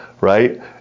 right